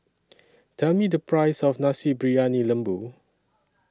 Tell Me The Price of Nasi Briyani Lembu